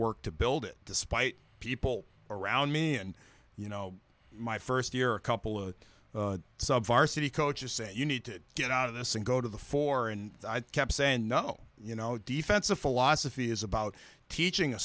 worked to build it despite people around me and you know my first year a couple of sub our city coaches say you need to get out of this and go to the fore and i kept saying no you know defensive philosophy is about teaching a